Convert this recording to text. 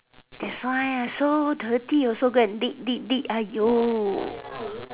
that's why so dirty also go and dig dig dig !aiyo!